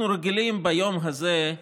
אנחנו רגילים ביום הזה,